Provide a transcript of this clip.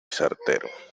certero